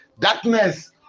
darkness